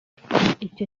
icyo